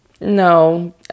no